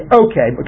okay